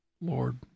Lord